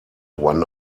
one